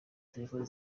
telefoni